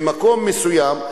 ממקום מסוים,